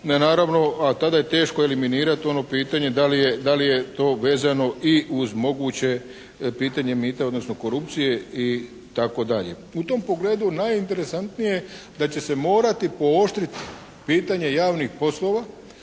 naravno a tada je teško eliminirati ono pitanje da li je to vezano i uz moguće pitanje mita, odnosno korupcije itd. U tom pogledu najinteresantnije da će se morati pooštriti pitanje javnih poslova